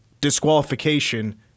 disqualification